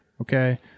okay